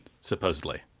supposedly